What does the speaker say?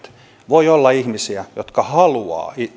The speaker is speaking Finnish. voi olla ihmisiä jotka